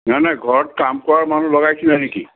নাই নাই ঘৰত কাম কৰা মানুহ লগাইছিলে নেকি